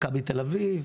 מכבי תל אביב,